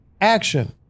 action